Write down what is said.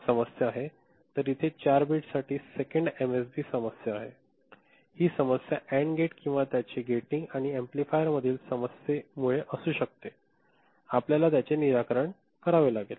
तर इथे 4 बिट साठी सेकंड एमएसबीची समस्या आहे ही समस्या अँड गेट किंवा त्याचे गेटिंग किंवा एम्पलीफायरमधील समस्ये असू शकते आपल्याला त्याचे निराकरण करावे लागेल